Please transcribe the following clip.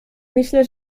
myślę